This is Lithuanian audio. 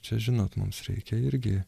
čia žinot mums reikia irgi